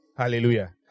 Hallelujah